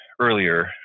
earlier